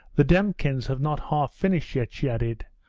the demkins have not half finished yet she added.